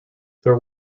there